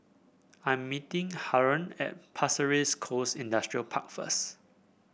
I am meeting Harlon at Pasir Ris Coast Industrial Park first